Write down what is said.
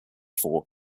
four